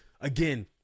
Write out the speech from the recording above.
again